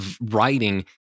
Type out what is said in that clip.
writing